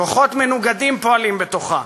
כוחות מנוגדים פועלים בתוכה.